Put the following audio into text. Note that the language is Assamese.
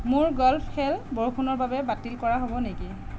মোৰ গ'ল্ফ খেল বৰষুণৰ বাবে বাতিল কৰা হ'ব নেকি